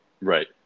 Right